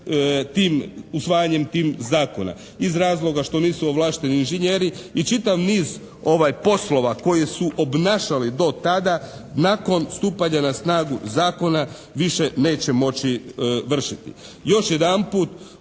tim, usvajanjem tim zakona. Iz razloga što nisu ovlašteni inžinjeri i čitav niz poslova koji su obnašali do tada nakon stupanja na snagu zakona više neće moći vršiti.